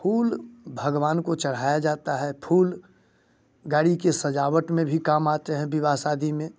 फूल भगवान को चढ़ाया जाता है फूल गाड़ी के सजावट में भी काम आते हैं विवाह शादी में